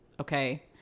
okay